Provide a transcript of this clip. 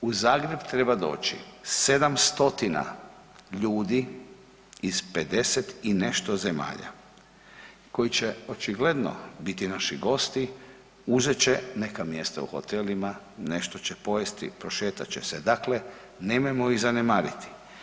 U Zagreb treba doći 7 stotina ljudi iz 50 i nešto zemalja koji će očigledno biti naši gosti, uzet će neka mjesta u hotelima, nešto će pojesti, prošetat će se, dakle nemojmo ih zanemariti.